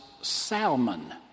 Salmon